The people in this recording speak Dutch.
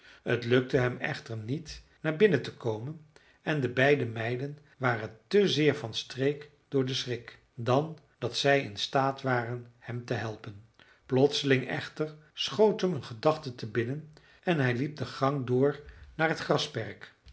het gelukte hem echter niet naar binnen te komen en de beide meiden waren te zeer van streek door den schrik dan dat zij in staat waren hem te helpen plotseling echter schoot hem een gedachte te binnen en hij liep de gang door naar het grasperk